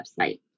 website